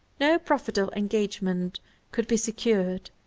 no profitable engagements could be secured,